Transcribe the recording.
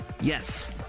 Yes